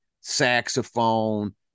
saxophone